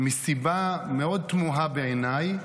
מסיבה מאוד תמוהה, בעיניי.